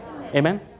Amen